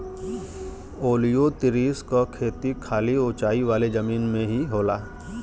ओलियोतिरिस क खेती खाली ऊंचाई वाले जमीन में ही होला